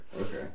Okay